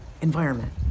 environment